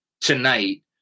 tonight